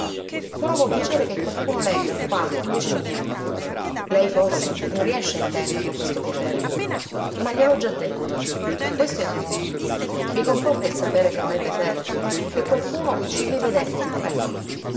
sorriso provo piacere che qualcuno legga qua in vece mia lei forse non riesce a intenderlo questo piacere ma gliel'ho già detto questo è il mio mondo mi conforta il sapere che non è deserto che qualcuno ci vive dentro ecco